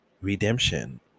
redemption